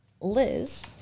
Liz